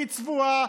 היא צבועה.